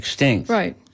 Right